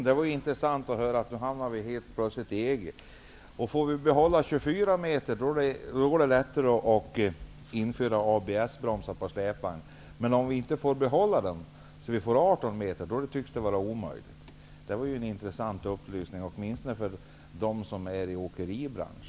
Herr talman! Nu kom vi helt plötsligt in på EG. Om vi får behålla 24-metersgränsen, blir det lättare att införa ABS-bromsar på släpvagnar. Men om 24 metersgränsen minskas till en 18-metersgräns, tycks det vara omöjligt. Det var en intressant upplysning, åtminstone för dem som är i åkeribranschen.